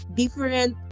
different